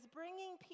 bringing